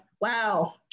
wow